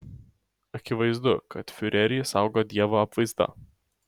akivaizdu kad fiurerį saugo dievo apvaizda